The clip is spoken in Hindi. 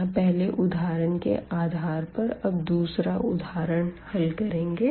यहाँ पहले उदाहरण के आधार पर अब दूसरा उदाहरण हल करेंगे